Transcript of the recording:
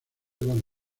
dos